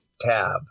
tab